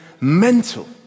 mental